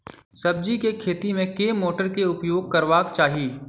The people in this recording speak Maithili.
सब्जी केँ खेती मे केँ मोटर केँ प्रयोग करबाक चाहि?